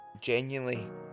genuinely